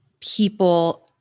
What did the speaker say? people